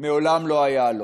מעולם לא היה לו.